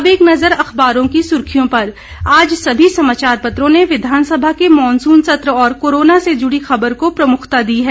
अब एक नज़र अखबारों की सुर्खियों पर आज सभी समाचार पत्रों ने विधानसभा के मॉनसून सत्र और कोरोना से जुड़ी खबर को प्रमुखता दी है